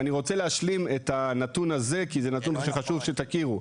אני רוצה להשלים את הנתון הזה כי זה נתון חשוב שתכירו.